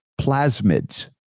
plasmids